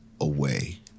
away